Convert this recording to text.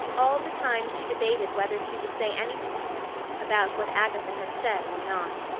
all the time she debated whether she would say anything to him about what agatha had said or not.